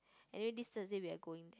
anyway this Thursday we are going